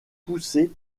poussé